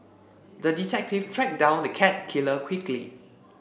the detective tracked down the cat killer quickly